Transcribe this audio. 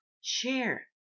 Share